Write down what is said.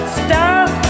stop